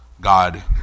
god